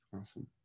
Awesome